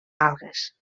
algues